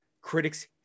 Critics